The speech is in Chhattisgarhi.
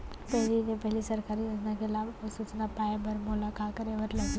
पहिले ले पहिली सरकारी योजना के लाभ अऊ सूचना पाए बर मोला का करे बर लागही?